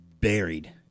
buried